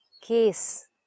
case